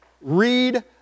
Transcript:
Read